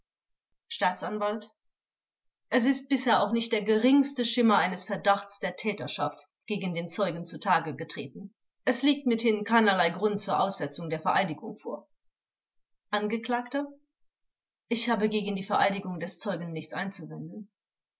staatsanwalt es ist bisher auch nicht der geringste schimmer eines verdachts der täterschaft gegen den zeugen zutage getreten es liegt mithin keinerlei grund zur aussetzung der vereidigung vor angekl ich habe gegen die vereidigung des zeugen nichts einzuwenden